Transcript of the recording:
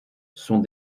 sont